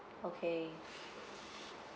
okay